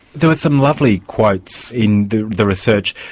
there were some lovely quotes in the the research.